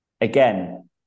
Again